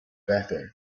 better